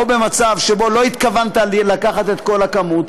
במצב שלא התכוונת לקחת את כל הכמות,